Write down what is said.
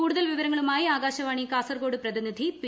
കൂടുതൽ വിവരങ്ങളുമായി ആകാശവാണ്ടി കാസർകോട് പ്രതിനിധി പി